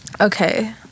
Okay